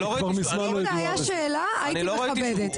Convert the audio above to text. אם זאת הייתה שאלה, הייתי מכבדת.